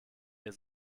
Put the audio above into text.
ihr